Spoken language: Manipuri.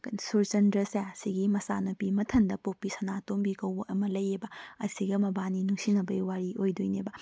ꯁꯨꯔꯆꯟꯗ꯭ꯔꯁꯦ ꯑꯁꯤꯒꯤ ꯃꯆꯥ ꯅꯨꯄꯤ ꯃꯊꯟꯇ ꯄꯣꯛꯄꯤ ꯁꯥꯅꯥꯇꯣꯝꯕꯤ ꯀꯧꯕ ꯑꯃ ꯂꯩꯌꯦꯕ ꯑꯁꯤꯒ ꯃꯕꯥꯅꯤ ꯅꯨꯡꯁꯤꯅꯕꯩ ꯋꯥꯔꯤ ꯑꯣꯏꯗꯣꯏꯅꯦꯕ